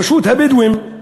רשות הבדואים,